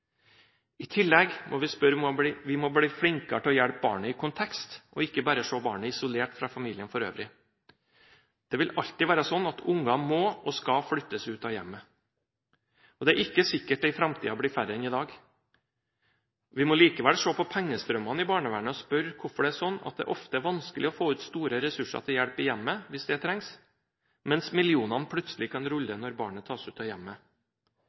I tillegg må vi bli flinkere til å hjelpe barnet i kontekst og ikke bare se barnet isolert fra familien for øvrig. Det vil alltid være sånn at unger må og skal flyttes ut av hjemmet, og det er ikke sikkert at det i framtiden blir færre enn i dag. Vi må likevel se på pengestrømmene i barnevernet og spørre hvorfor det er sånn at det ofte er vanskelig å få ut store ressurser til hjelp i hjemmet hvis det trengs, mens millionene plutselig kan rulle når barnet tas ut av hjemmet.